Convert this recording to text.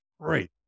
great